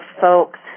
folks